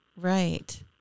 Right